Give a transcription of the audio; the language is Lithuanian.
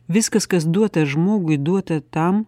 viskas kas duota žmogui duota tam